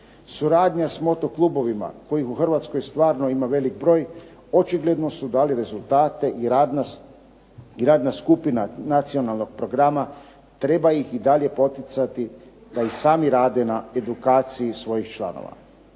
Suradnja s motoklubovima kojih u Hrvatskoj stvarno ima veliki broj očigledno su dali rezultate i radna skupina nacionalnog programa treba ih i dalje poticati da i sami rade na edukaciji svojih članova.